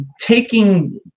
taking